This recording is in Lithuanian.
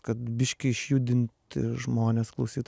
kad biškį išjudint žmones klausyt